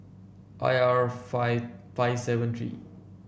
I R five five seven three